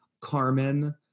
Carmen